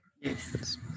Yes